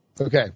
okay